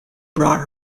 brought